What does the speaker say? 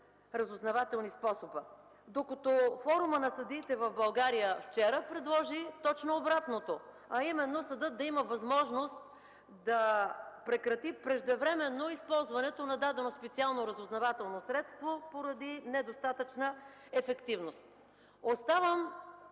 разузнавателни способа, докато форумът на съдиите в България вчера предложи точно обратното, а именно съдът да има възможност да прекрати преждевременно използването на дадено специално разузнавателно средство поради недостатъчна ефективност. Оставям